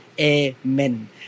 Amen